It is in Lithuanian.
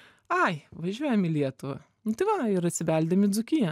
ai važiuojam į lietuvą nu tai va ir atsibeldėm į dzūkiją